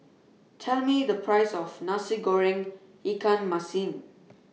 Tell Me The Price of Nasi Goreng Ikan Masin